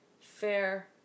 Fair